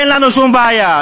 אין לנו שום בעיה.